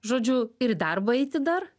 žodžiu ir į darbą eiti dar